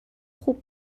خوب